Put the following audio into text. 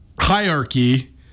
hierarchy